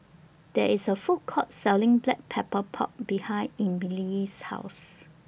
There IS A Food Court Selling Black Pepper Pork behind Emelie's House